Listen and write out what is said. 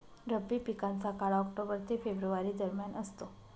रब्बी पिकांचा काळ ऑक्टोबर ते फेब्रुवारी दरम्यान असतो